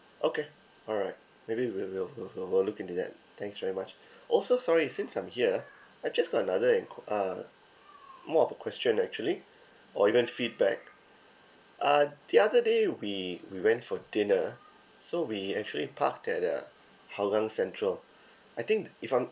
okay alright maybe we'll we'll we'll we'll we'll look into that thanks very much oh so sorry since I'm here I just got another enqu~ uh more of a question actually or even feedback uh the other day we we went for dinner so we actually parked at uh hougang central I think if I'm